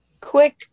Quick